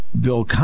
Bill